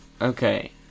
Okay